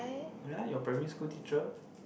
ya your primary school teacher